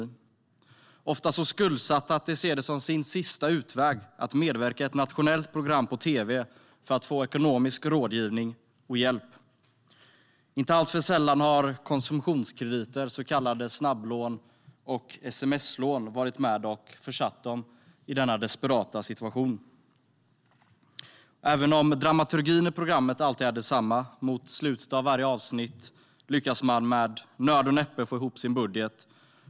De är ofta så skuldsatta att de ser det som sin sista utväg att medverka i ett nationellt tv-program för att få ekonomisk rådgivning och hjälp. Inte sällan har konsumtionskrediter, så kallade snabblån och sms-lån, försatt dem i denna desperata situation. Dramaturgin i programmet är alltid densamma. Mot slutet av varje avsnitt lyckas deltagarna med nöd och näppe få ihop sin budget.